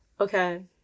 Okay